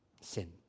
Sin